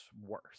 worse